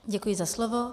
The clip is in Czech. Děkuji za slovo.